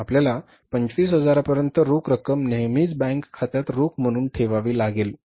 आपल्याला पंचवीस हजारांपर्यंत रोख रक्कम नेहमीच बँक खात्यात रोख म्हणून ठेवावी लागेल